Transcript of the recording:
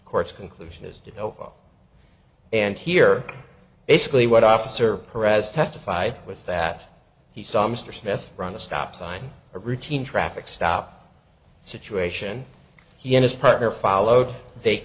court's conclusion is did over and here basically what officer pres testified was that he saw mr smith run a stop sign a routine traffic stop situation he and his partner followed they